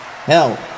Hell